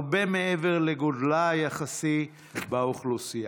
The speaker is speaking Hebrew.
הרבה מעבר לגודלה היחסי באוכלוסייה.